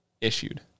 issued